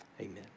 amen